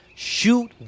Shoot